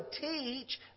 teach